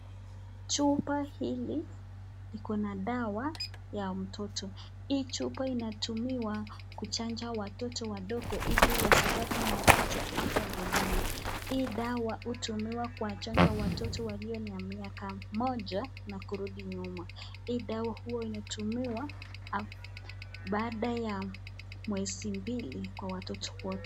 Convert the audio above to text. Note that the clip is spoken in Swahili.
Chupa hili liko na dawa ya mtoto. Hii chupa inatumiwa kuchanja watoto wadogo ili wasipate maugonjwa hapo mbeleni. Hii dawa hutumiwa kuwachanja watoto walio na miaka moja na kurudi nyuma. Hii dawa huwa inatumiwa baada ya mwezi mbili kwa watoto